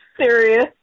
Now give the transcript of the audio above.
Serious